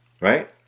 Right